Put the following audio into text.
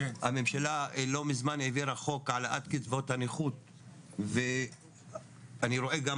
הממשלה לא מזמן העבירה חוק על העלאת קצבאות הנכות ואני רואה גם